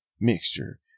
mixture